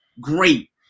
great